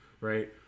Right